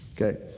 Okay